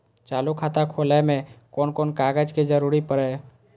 चालु खाता खोलय में कोन कोन कागज के जरूरी परैय?